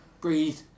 Breathe